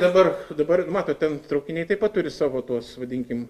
dabar dabar matot ten traukiniai taip pat turi savo tuos vadinkim